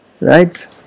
Right